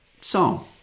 song